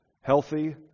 healthy